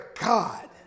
God